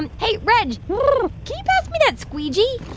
and hey, reg can you pass me that squeegee?